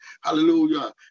Hallelujah